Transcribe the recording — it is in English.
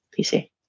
PC